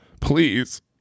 please